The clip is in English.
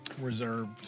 reserved